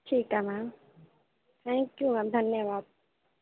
ठीक ऐ ma'am okay ma'am धन्नबाद